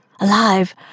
alive